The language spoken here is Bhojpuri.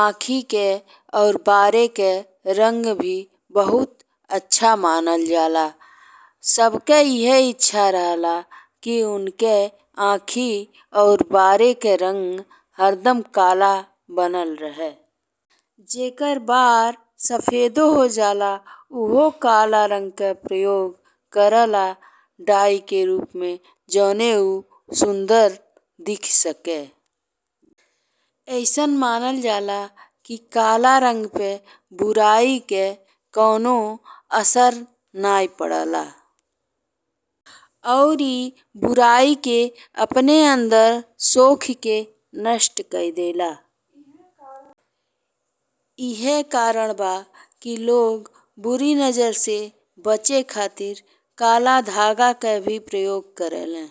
आँखि के और भौं के रंग भी बहुत अच्छा मानल जाला। सबके एह इच्छा रहेला कि ओंके आँखि के और भौं के रंग हरदम काला बनल रहे। जेकर बाल सफेद हो जाला उहो काला रंग के प्रयोग करेला डाई के रूप में जउने उ सुंदर देखि सके। अइसन मानल जाला कि काला रंग पे बुराई के कउनो असर नाहीं पड़े ला। और ई बुराई के अपने अन्दर सोखी के नष्ट कई देला। एह कारण बा कि लोग बुरी नजर से बचे खातिर काला धागा के भी प्रयोग करेले।